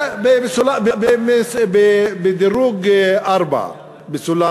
זה בדירוג 4 בסולם